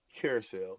carousel